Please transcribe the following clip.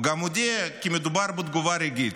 הוא גם הודיע כי מדובר בתגובה רגעית.